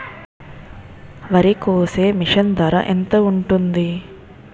వరి కోసే మిషన్ ధర ఎంత ఉంటుంది?